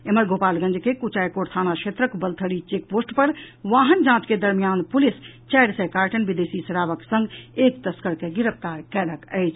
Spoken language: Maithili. एम्हर गोपालगंज के कुचायकोट थाना क्षेत्रक बलथरी चेक पोस्ट पर वाहन जांच के दरमियान पुलिस चारि सय कार्टन विदेशी शराबक संग एक तस्कर के गिरफ्तार कयलक अछि